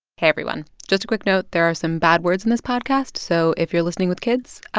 hey, everyone. just a quick note. there are some bad words in this podcast, so if you're listening with kids,